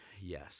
Yes